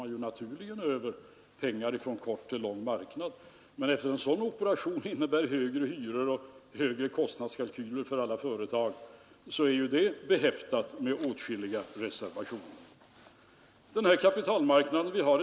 Ja, det är ett bildspråk som t.o.m. höll på att göra mig stum när jag lyssnade på det. Vad är det som gör — jag har sagt detta många gånger — att man får fart på efterfrågan?